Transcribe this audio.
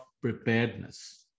preparedness